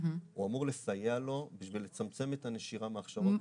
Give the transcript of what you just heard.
הוא אמור לסייע לו בשביל לצמצם את הנשירה מההכשרות.